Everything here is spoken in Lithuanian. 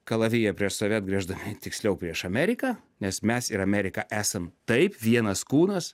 kalaviją prieš save atgręždami tiksliau prieš ameriką nes mes ir amerika esam taip vienas kūnas